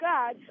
God